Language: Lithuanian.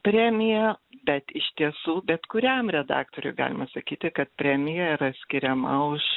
premiją bet iš tiesų bet kuriam redaktoriui galima sakyti kad premija yra skiriama už